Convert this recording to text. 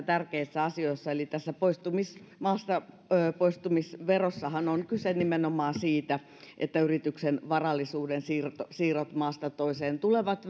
tärkeissä asioissa eli tässä maastapoistumisverossahan on kyse nimenomaan siitä että yrityksen varallisuuden siirrot maasta toiseen tulevat